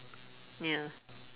ya